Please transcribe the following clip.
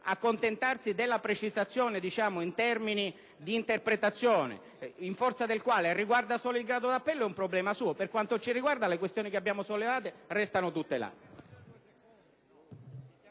accontentarsi della precisazione in termini di interpretazione in forza della quale riguarda solo il grado di appello, è un problema suo; per quanto ci riguarda, le questioni che abbiamo sollevato restano tutte là.